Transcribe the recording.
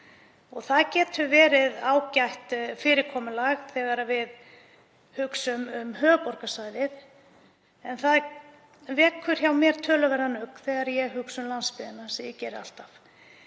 Það getur verið ágætt fyrirkomulag þegar við hugsum um höfuðborgarsvæðið en það vekur hjá mér töluverðan ugg þegar ég hugsa um landsbyggðina, sem ég geri alltaf,